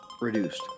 Reduced